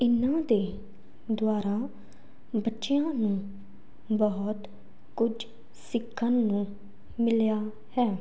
ਇਹਨਾਂ ਦੇ ਦੁਆਰਾ ਬੱਚਿਆਂ ਨੂੰ ਬਹੁਤ ਕੁਝ ਸਿੱਖਣ ਨੂੰ ਮਿਲਿਆ ਹੈ